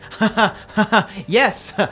Yes